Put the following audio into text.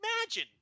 imagine